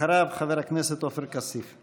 אחריו, חבר הכנסת עופר כסיף.